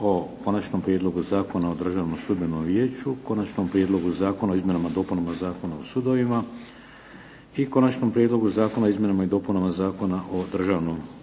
o Konačnom prijedlogu Zakona o Državnom sudbenom vijeću, Konačnom prijedlogu zakona o izmjenama i dopunama Zakona o sudovima i Konačnom prijedlogu zakona o izmjenama i dopunama Zakona o državnom odvjetništvu.